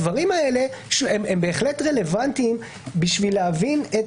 הדברים האלה בהחלט רלוונטיים בשביל להבין את